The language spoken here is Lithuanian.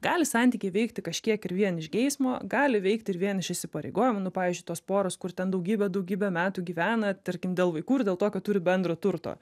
gali santykiai veikti kažkiek ir vien iš geismo gali veikti ir vien iš įsipareigojimų nu pavyzdžiui tos poros kur ten daugybę daugybę metų gyvena tarkim dėl vaikų ir dėl to kad turi bendro turto